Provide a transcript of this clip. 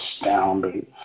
astounding